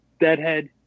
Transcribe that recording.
deadhead